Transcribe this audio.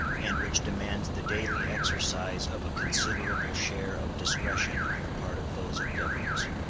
and which demands the daily exercise of a considerable share of discretion on the part of those it governs.